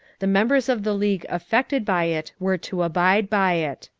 the members of the league affected by it were to abide by it.